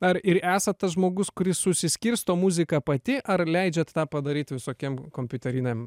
ar ir esat tas žmogus kuris susiskirsto muziką pati ar leidžiat tą padaryt visokiem kompiuteriniam